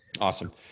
awesome